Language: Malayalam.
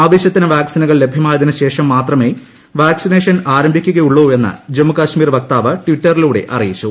ആവശ്യത്തിന് വാക്സിനുകൾ ലഭ്യമായ്തിനുശേഷം മാത്രമെ വാക്സിനേഷൻ ആരംഭിക്കുകയുള്ളൂവെന്ന് ജമ്മു കശ്മീർ വക്താവ് ടിറ്ററിലൂടെ അറിയിച്ചു